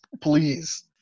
please